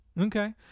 Okay